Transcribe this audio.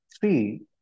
three